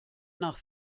nach